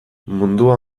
mundua